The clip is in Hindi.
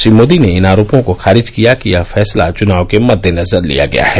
श्री मोदी ने इन आरोपों को खारिज किया कि यह फैसला चुनाव के मद्देनजर लिया गया है